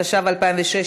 התשע"ו 2016,